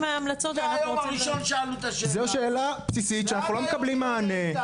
מהיום הראשון שאלנו את השאלה הזאת ועד היום אין תשובה.